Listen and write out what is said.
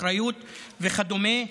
אחריות" וכדומה.